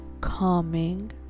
calming